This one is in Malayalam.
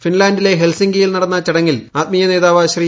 ഫിൻലാന്റിലെ ഹെൽസിങ്കിയിൽ നടന്ന ചടങ്ങിൽ ആത്മീയ നേതാവ് ശ്രീ